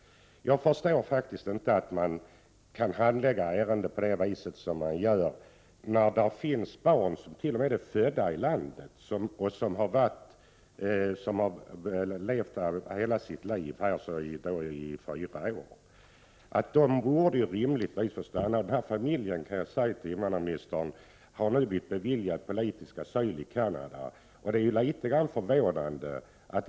Jag förstår faktiskt inte att man kan handlägga de här ärendena på det vis som man gör. Här finns t.o.m. barn som är födda i landet och som har levt här hela sitt liv, dvs. i fyra år. Den familjen borde rimligtvis få stanna. Jag kan tala om för invandrarministern att den familjen nu har blivit beviljad politisk asyli Canada.